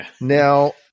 Now